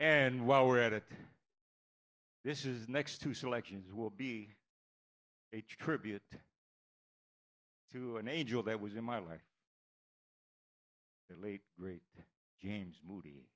and while we're at it this is next to selections will be a tribute to an angel that was in my life late great james moody